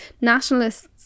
nationalists